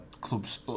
clubs